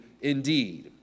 indeed